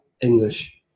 English